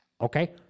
Okay